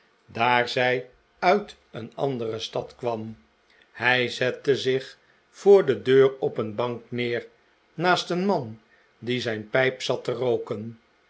daar zij uit een andere stad kwam hij zette zich voor de deur op een bank neer naast een man die zijn pijp zat te rooken